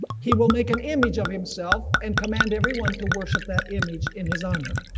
he will make an image of himself and command everyone to worship that image in his honor.